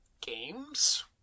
games